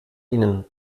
ihnen